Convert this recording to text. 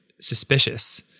suspicious